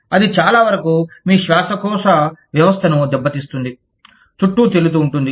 అది చాలావరకు మీ శ్వాసకోశ వ్యవస్థను దెబ్బతీస్తుంది చుట్టూ తేలుతూ ఉంటుంది